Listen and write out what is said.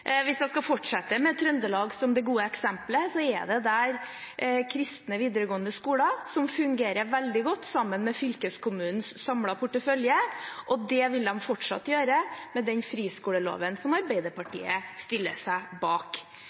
Hvis jeg skal fortsette med Trøndelag som det gode eksempelet, er det der kristne videregående skoler som fungerer veldig godt sammen med fylkeskommunens samlede portefølje, og det vil de fortsatt gjøre med den friskoleloven som Arbeiderpartiet stiller seg bak.